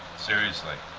seriously.